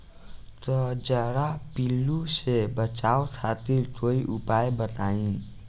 कजरा पिल्लू से बचाव खातिर कोई उपचार बताई?